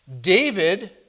David